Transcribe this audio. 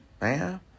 man